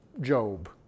Job